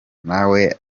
nawe